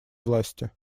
власти